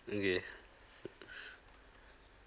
okay